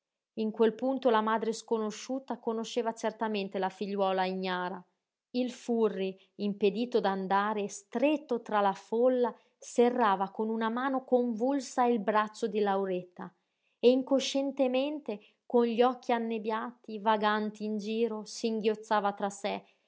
in quel punto la madre sconosciuta conosceva certamente la figliuola ignara il furri impedito d'andare stretto tra la folla serrava con una mano convulsa il braccio di lauretta e incoscientemente con gli occhi annebbiati vaganti in giro singhiozzava tra sé